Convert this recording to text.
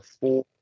four